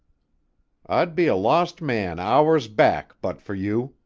i'd be a lost man hours back but for you,